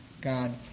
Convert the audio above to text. God